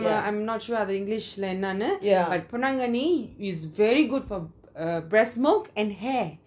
I am not sure the english என்னனு பொன்னாங்கண்ணி:ennanu ponanganni is very good for uh breastmilk and hair